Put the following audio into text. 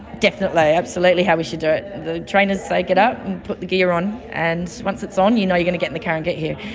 definitely, absolutely how we should do it. the trainers say get up and put the gear on, and once it's on you know you're going to get in the car and get here.